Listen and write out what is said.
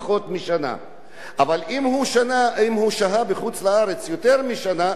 אם הוא שהה בחוץ-לארץ יותר משנה, הוא צריך לחכות